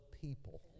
people